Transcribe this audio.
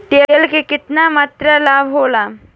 तेल के केतना मात्रा लाभ होखेला?